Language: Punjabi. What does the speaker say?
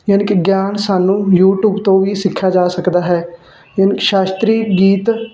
ਯਾਨੀ ਕਿ ਗਿਆਨ ਸਾਨੂੰ ਯੂਟੀਊਬ ਤੋਂ ਵੀ ਸਿੱਖਿਆ ਜਾ ਸਕਦਾ ਹੈ ਸ਼ਾਸਤਰੀ ਗੀਤ